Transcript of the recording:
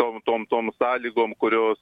tom tom tom sąlygom kurios